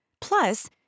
Plus